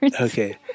Okay